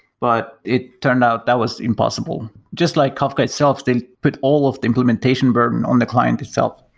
but it turned out that was impossible. just like kafka itself, they put all of the implementation burden on the client itself.